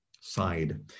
side